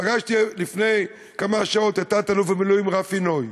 פגשתי לפני כמה שעות את תת-אלוף במילואים רפי נוי.